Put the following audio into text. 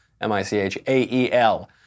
M-I-C-H-A-E-L